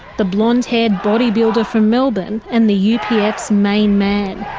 the blonde haired body builder from melbourne and the you know upf's main man.